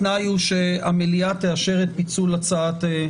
התנאי הוא שהמליאה תאשר את פיצול הצעת החוק.